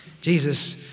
Jesus